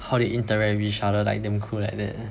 how they interact with each other then like damn cool like that